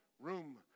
room